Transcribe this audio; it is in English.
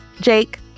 jake